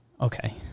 Okay